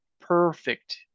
perfect